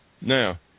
Now